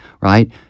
right